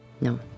No